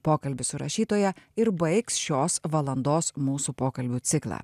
pokalbis su rašytoja ir baigs šios valandos mūsų pokalbių ciklą